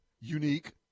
Unique